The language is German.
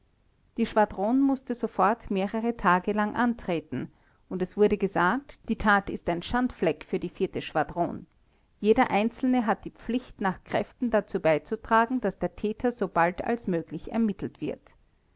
die schwadron mußte sofort mehrere tage lang antreten und es wurde gesagt die tat ist ein schandfleck für die schwadron jeder einzelne hat die pflicht nach kräften dazu beizutragen daß der täter so bald als möglich ermittelt wird